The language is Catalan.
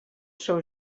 seu